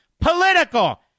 Political